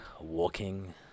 walking